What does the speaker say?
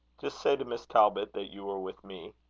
just say to miss talbot that you were with me.